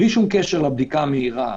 בלי שום קשר לבדיקה המהירה,